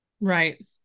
right